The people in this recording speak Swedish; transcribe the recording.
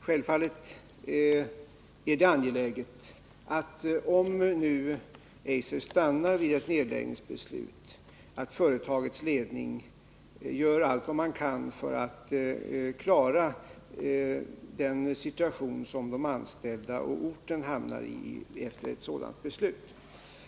Självfallet är det angeläget, om nu Eiser stannar vid ett nedläggningsbeslut, att företagets ledning gör allt vad den kan för att reda upp den situation som de anställda och orten hamnar i efter ett sådant beslut.